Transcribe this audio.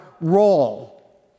role